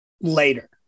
later